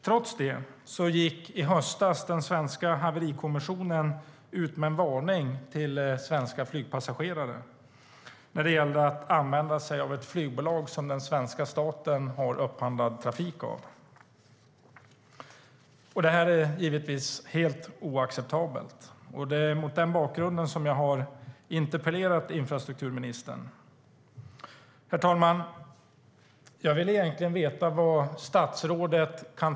Trots det gick den svenska Haverikommissionen i höstas ut med en varning till svenska flygpassagerare när det gällde att använda sig av ett flygbolag som den svenska staten har upphandlat trafik av. Det är givetvis helt oacceptabelt, och det är mot den bakgrunden jag har interpellerat infrastrukturministern. Herr talman!